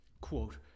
Quote